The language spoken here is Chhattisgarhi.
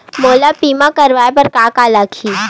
मोला बीमा कराये बर का का लगही?